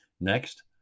Next